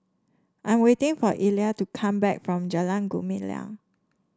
I'm waiting for Ila to come back from Jalan Gumilang